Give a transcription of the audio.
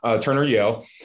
Turner-Yale